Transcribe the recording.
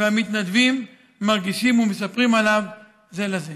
והמתנדבים מרגישים ומספרים עליו זה לזה.